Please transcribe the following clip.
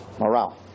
Morale